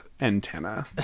antenna